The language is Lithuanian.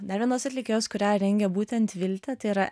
dar vienos atlikėjos kurią rengia būtent viltė tai yra